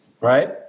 Right